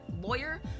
lawyer